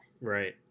Right